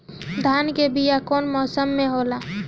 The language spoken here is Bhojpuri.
धान के बीया कौन मौसम में होला?